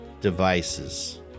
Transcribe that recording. devices